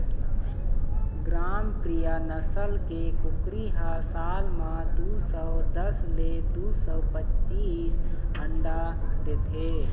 ग्रामप्रिया नसल के कुकरी ह साल म दू सौ दस ले दू सौ पचीस अंडा देथे